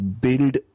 build